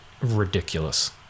ridiculous